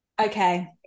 Okay